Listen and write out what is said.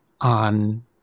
on